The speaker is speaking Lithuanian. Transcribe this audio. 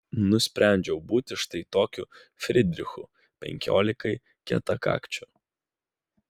nusprendžiau būti štai tokiu frydrichu penkiolikai kietakakčių